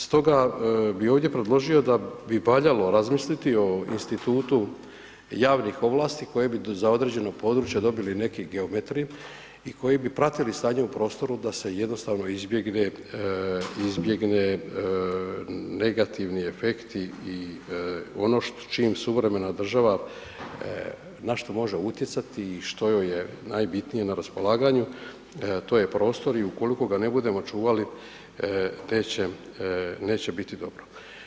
Stoga bih ovdje predložio da bi valjalo razmisliti o institutu javnih ovlasti koje bi za određeno područje dobili neki geometri i koji bi pratili stanje u prostoru da se jednostavno izbjegnu negativni efekti i ono čime suvremena država, na što može utjecati i što joj je najbitnije na raspolaganju, to je prostor i ukoliko ga ne budemo čuvali neće biti dobro.